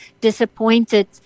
disappointed